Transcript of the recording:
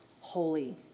holy